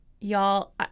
Y'all